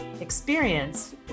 experience